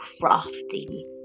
crafty